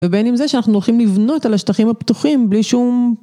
ובין עם זה שאנחנו הולכים לבנות על השטחים הפתוחים בלי שום...